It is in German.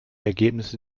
ergebnisse